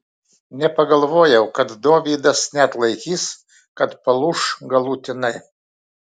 nepagalvojau kad dovydas neatlaikys kad palūš galutinai